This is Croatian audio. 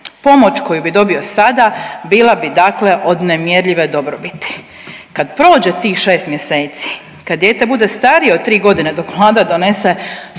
Pomoć koju bi dobio sada bila bi dakle od nemjerljive dobrobiti. Kad prođe tih šest mjeseci, kad dijete bude starije od tri godine dok Vlada donese